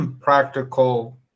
practical